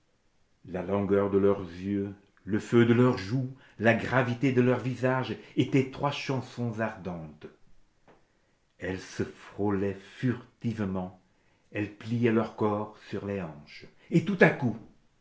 la langueur de leurs yeux le feu de leurs joues la gravité de leurs visages étaient trois chansons ardentes elles se frôlaient furtivement elles pliaient leurs corps sur les hanches et tout à coup